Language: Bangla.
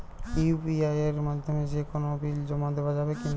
ইউ.পি.আই এর মাধ্যমে যে কোনো বিল জমা দেওয়া যাবে কি না?